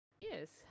Yes